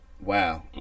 Wow